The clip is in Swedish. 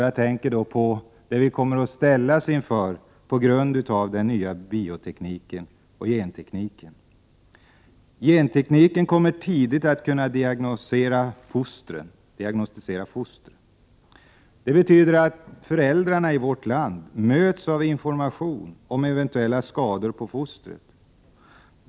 Jag tänker främst på att vi kommer att ställas inför frågor till följd av den nya biotekniken och gentekniken. Med genteknikens hjälp kommer vi tidigt att kunna diagnostisera fostren. Det innebär att föräldrarna i vårt land möts av information om eventuella skador på fostret.